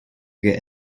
get